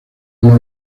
una